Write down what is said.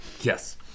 Yes